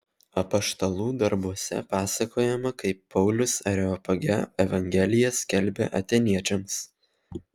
apaštalų darbuose pasakojama kaip paulius areopage evangeliją skelbė atėniečiams